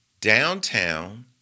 Downtown